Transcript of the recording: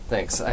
Thanks